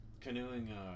canoeing